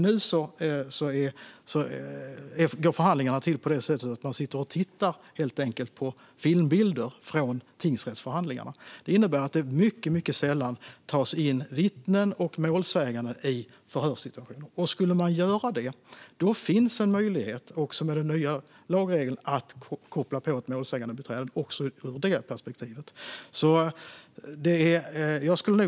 Nu går förhandlingarna till så att man helt enkelt sitter och tittar på filmbilder från tingsrättsförhandlingarna. Det innebär att det mycket sällan tas in vittnen och målsägande i förhörssituationen. Och om man skulle göra det finns också med den nya lagregeln en möjlighet att koppla på ett målsägandebiträde även i detta perspektiv.